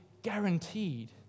guaranteed